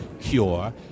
Cure